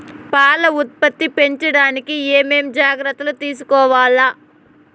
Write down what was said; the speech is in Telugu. పాల ఉత్పత్తి పెంచడానికి ఏమేం జాగ్రత్తలు తీసుకోవల్ల?